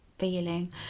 feeling